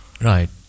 Right